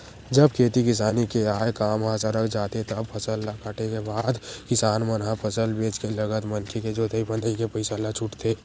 जब खेती किसानी के आय काम ह सरक जाथे तब फसल ल काटे के बाद किसान मन ह फसल बेंच के लगत मनके के जोंतई फंदई के पइसा ल छूटथे